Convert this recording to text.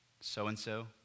so-and-so